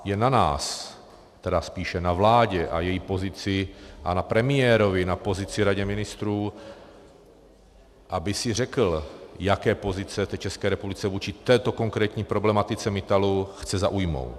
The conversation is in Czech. Je na nás, tedy spíše na vládě a její pozici a na premiérovi, na pozici v Radě ministrů, aby si řekl, jaké pozice v České republice vůči této konkrétní problematice Mittalu chce zaujmout.